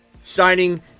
signing